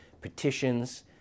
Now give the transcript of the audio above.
petitions